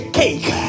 cake